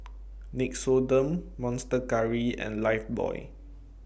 Nixoderm Monster Curry and Lifebuoy